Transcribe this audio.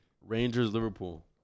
Rangers-Liverpool